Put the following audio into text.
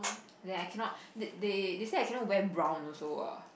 like I cannot they~ they they said I cannot wear brown also ah